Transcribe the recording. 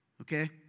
Okay